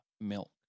milk